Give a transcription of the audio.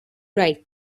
right